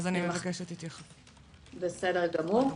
בסדר גמור.